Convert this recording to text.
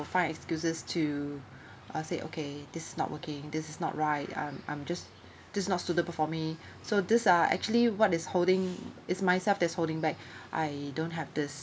find excuses to I'll say okay this is not working this is not right I'm I'm just this not suitable for me so these are actually what is holding is myself that's holding back I don't have this